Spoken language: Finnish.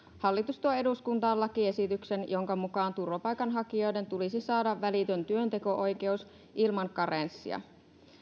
hallitus tuo eduskuntaan lakiesityksen jonka mukaan turvapaikanhakijoiden tulisi saada välitön työnteko oikeus ilman karenssia